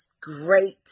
great